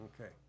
Okay